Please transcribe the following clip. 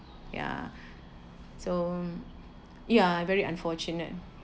ya so ya very unfortunate